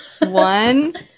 One